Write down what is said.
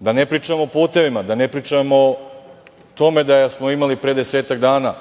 Da ne pričamo o putevima, da ne pričamo o tome da smo imali pre desetak dana